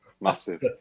massive